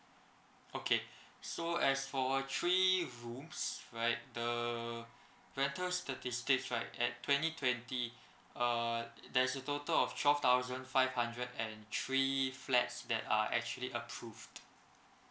okay so as for three rooms right the rental statistics right at twenty twenty uh there's a total of twelve thousand five hundred and three flats that are actually approved